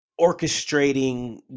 orchestrating